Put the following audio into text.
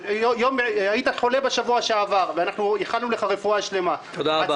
אתה היית חולה בשבוע שעבר ואנחנו איחלנו לך רפואה שלמה -- תודה רבה.